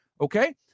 Okay